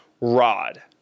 rod